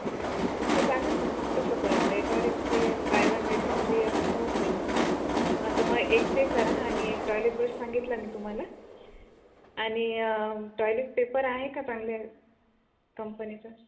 हा तर चालेल ना मग तसं करा मग एका वर एक फ्री आहे buy one get one free आहे तर मग होऊन जाईल ना मग हा तर मग एक ते करा आणि एक टॉयलेट ब्रश सांगितला मी तुम्हाला आणि टॉयलेट पेपर आहे का चांगल्या कंपनीचा